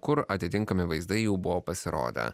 kur atitinkami vaizdai jau buvo pasirodę